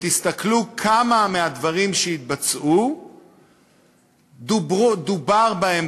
ותראו כמה מהדברים שהתבצעו דובר בהם